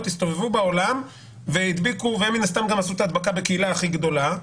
הסתובבו בעולם והם מן הסתם גם עשו את ההדבקה הכי גדולה בקהילה.